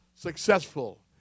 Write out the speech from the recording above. Successful